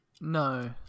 No